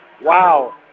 Wow